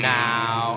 now